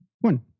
one